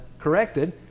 corrected